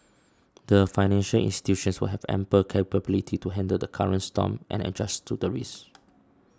the financial institutions will have ample capability to handle the current storm and adjust to the risks